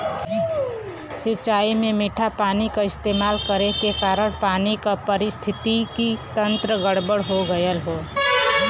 सिंचाई में मीठा पानी क इस्तेमाल करे के कारण पानी क पारिस्थितिकि तंत्र गड़बड़ हो गयल हौ